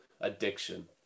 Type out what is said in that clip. addiction